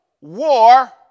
war